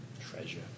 Treasure